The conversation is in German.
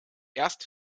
erst